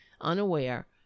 unaware